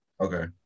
Okay